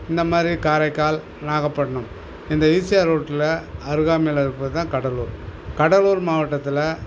இந்தமாதிரி காரைக்கால் நாகப்பட்டினம் இந்த ஈசிஆர் ரோட்டில் அருகாமையில் இருக்கிறது தான் கடலூர் கடலூர் மாவட்டத்தில்